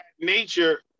nature